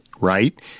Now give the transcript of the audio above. right